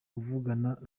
kuvugana